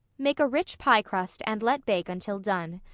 make a rich pie-crust and let bake until done.